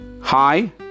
Hi